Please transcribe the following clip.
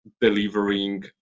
delivering